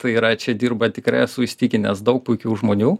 tai yra čia dirba tikrai esu įsitikinęs daug puikių žmonių